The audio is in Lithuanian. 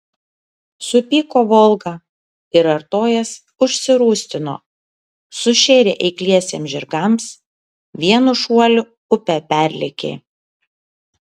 supyko volga ir artojas užsirūstino sušėrė eikliesiems žirgams vienu šuoliu upę perlėkė